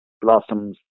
blossoms